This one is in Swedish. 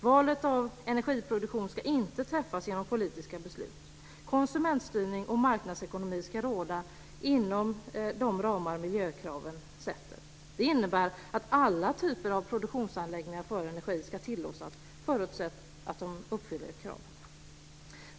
Valet av energiproduktion ska inte träffas genom politiska beslut. Konsumentstyrning och marknadsekonomi ska råda inom de ramar miljökraven sätter. Det innebär att alla typer av produktionsanläggningar för energi ska tillåtas, förutsatt att de uppfyller kraven.